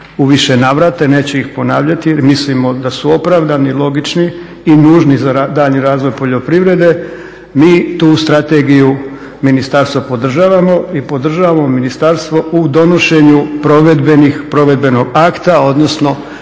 više navrata i neću ih ponavljati jer mislimo da su opravdani, logični i nužni za daljnji razvoj poljoprivrede. Mi tu strategiju ministarstva podržavamo i podržavamo ministarstvo u donošenju provedbenih, provedbenog